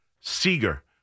Seeger